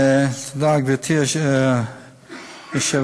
תודה, גברתי היושבת-ראש.